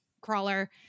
crawler